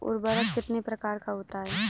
उर्वरक कितने प्रकार का होता है?